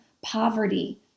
poverty